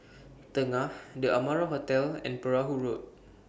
Tengah The Amara Hotel and Perahu Road